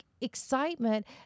excitement